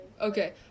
Okay